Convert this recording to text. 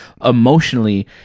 emotionally